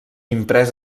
imprès